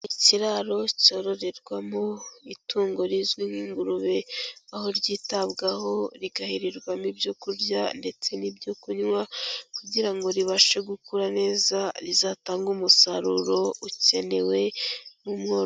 Ikiraro cyororerwamo itungo rizwi nk'ingurube, aho ryitabwaho rigahererwamo ibyo kurya ndetse n'ibyo kunywa, kugira ngo ribashe gukura neza, rizatange umusaruro ukenewe n'umworo...